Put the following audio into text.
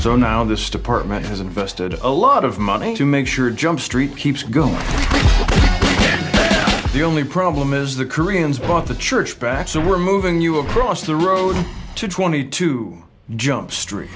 so now this department has invested a lot of money to make sure jump street keeps going the only problem is the koreans bought the church back so we're moving you across the road to twenty two jump str